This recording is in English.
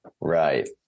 Right